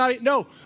No